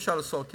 אי-אפשר לאסור כי